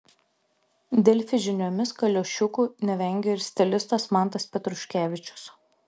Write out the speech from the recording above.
delfi žiniomis kaliošiukų nevengia ir stilistas mantas petruškevičius